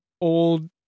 old